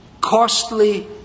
costly